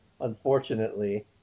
unfortunately